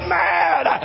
mad